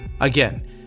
Again